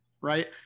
Right